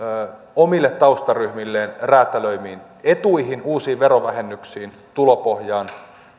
omille taustaryhmilleen räätälöimiinsä etuihin uusiin verovähennyksiin tulopohjaan